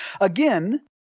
again